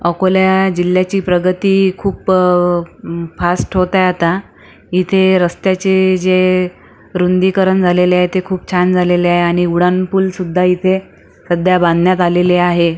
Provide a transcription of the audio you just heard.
अकोल्या जिल्ह्याची प्रगती खूप फास्ट होतंय आता इथे रस्त्याचे जे रुंदीकरण झालेले आहे ते खूप छान झालेले आहे आणि उड्डाणपूलसुद्धा इथे सध्या बांधण्यात आलेले आहे